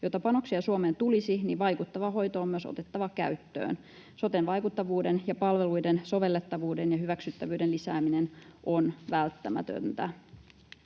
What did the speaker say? Jotta panoksia Suomeen tulisi, vaikuttava hoito on myös otettava käyttöön. Soten vaikuttavuuden ja palveluiden sovellettavuuden ja hyväksyttävyyden lisääminen on välttämätöntä.